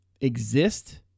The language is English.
exist